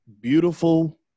beautiful